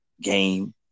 game